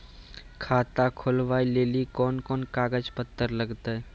खाता खोलबाबय लेली कोंन कोंन कागज पत्तर लगतै?